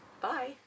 bye